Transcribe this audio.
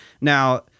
Now